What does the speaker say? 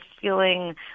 feeling